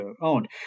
owned